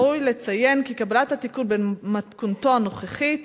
ראוי לציין כי קבלת התיקון במתכונתו הנוכחית